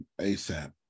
ASAP